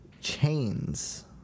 chains